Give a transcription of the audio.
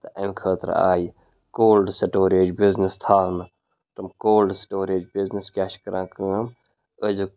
تہٕ اَمہِ خٲطرٕ آیہِ کولڈ سٹوریج بِزنِس تھاونہٕ تم کولڈ سٹوریج بِزنِس کیاہ چھِ کران کٲم أزیُک